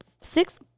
six